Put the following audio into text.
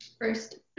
First